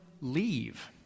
leave